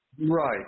Right